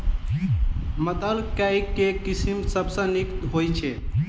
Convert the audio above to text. मटर केँ के किसिम सबसँ नीक होइ छै?